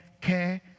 care